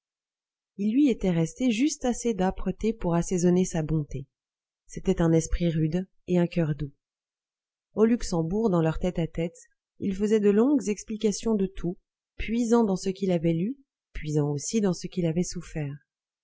il lui était resté juste assez d'âpreté pour assaisonner sa bonté c'était un esprit rude et un coeur doux au luxembourg dans leurs tête-à-tête il faisait de longues explications de tout puisant dans ce qu'il avait lu puisant aussi dans ce qu'il avait souffert